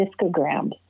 discograms